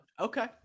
Okay